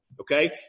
okay